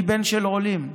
אני בן של עולים,